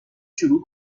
شروع